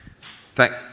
Thank